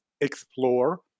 explore